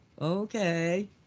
Okay